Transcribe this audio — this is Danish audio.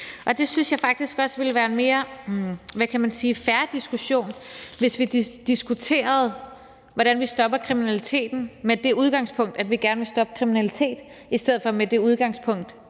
Det synes jeg faktisk også ville være en mere, hvad kan man sige, fair diskussion, hvis vi diskuterede, hvordan vi stopper kriminalitet med det udgangspunkt, at vi gerne vil stoppe kriminalitet, i stedet for med det udgangspunkt,